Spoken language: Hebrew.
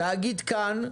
תאגיד כאן.